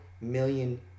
million